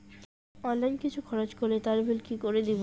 Online কিছু খরচ করলে তার বিল কি করে দেবো?